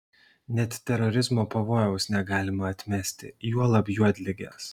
net terorizmo pavojaus negalima atmesti juolab juodligės